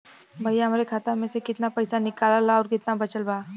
भईया हमरे खाता मे से कितना पइसा निकालल ह अउर कितना बचल बा?